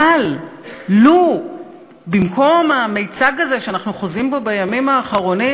אבל לו במקום המיצג הזה שאנחנו חוזים בו בימים האחרונים,